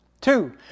Two